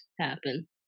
happen